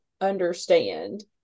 understand